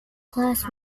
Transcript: class